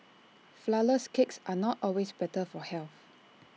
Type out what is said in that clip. Flourless Cakes are not always better for health